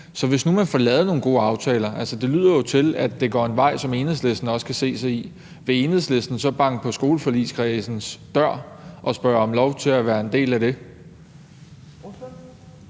Så hvis nu man får lavet nogle gode aftaler – og det lyder jo til, at det går en vej, som Enhedslisten også kan se sig i – vil Enhedslisten så banke på skoleforligskredsens dør og spørge om lov til at være en del af det?